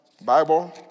Bible